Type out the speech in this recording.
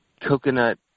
coconut